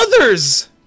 others